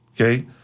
okay